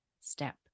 step